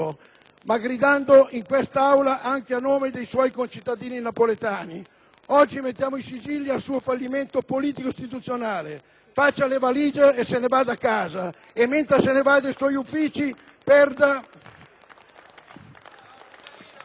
ma gridando in quest'Aula, anche a nome dei suoi concittadini napoletani, oggi mettiamo i sigilli al suo fallimento politico-istituzionale; faccia le valigie e se ne vada a casa!*(Applausi dai Gruppi LNP e PdL).*